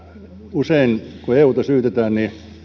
usein kun euta syytetään